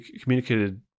communicated